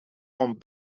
kon